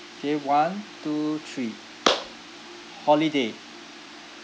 K one two three holiday